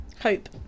hope